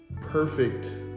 perfect